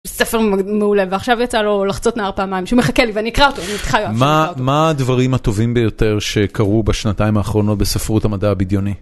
ספר מעולה ועכשיו יצא לו ״לחצות נהר פעמיים״ שמחכה לי ואני אקרא אותו, אני מבטיחה שאני אקרא אותו. מה הדברים הטובים ביותר שקרו בשנתיים האחרונות בספרות המדע הבדיוני?